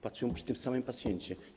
Pracują przy tym samym pacjencie.